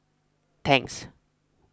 Tangs